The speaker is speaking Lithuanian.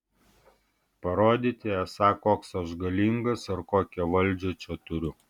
parodyti esą koks aš galingas ir kokią valdžią čia turiu